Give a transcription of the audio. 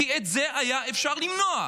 כי את זה היה אפשר למנוע,